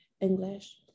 English